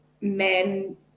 men